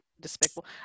despicable